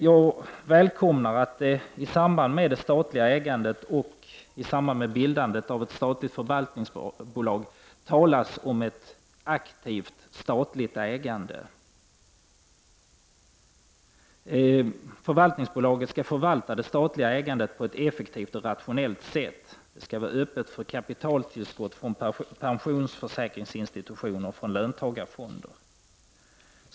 Jag välkomnar att det i samband med bildandet av ett statligt förvaltningsbolag talas om ett aktivt statligt ägande. Förvaltningsbolaget skall förvalta det statliga ägandet på ett effektivt och rationellt sätt. Bolaget skall vara öppet för kapitaltillskott från pensionsförsäkringsinstitutioner och från löntagarfonder.